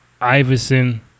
Iverson